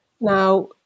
Now